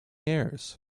heirs